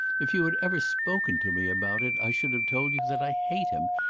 if you had ever spoken to me about it i should have told you that i hate him,